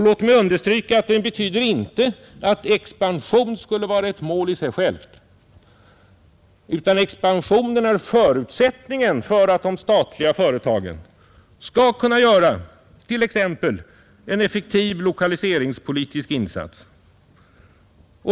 Låt mig understryka att den inte innebär att expansion skulle vara ett mål i sig självt, utan expansionen är förutsättningen för att de statliga företagen skall kunna göra t.ex. en effektiv lokaliseringspolitisk insats.